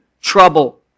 trouble